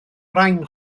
rain